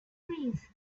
trees